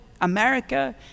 America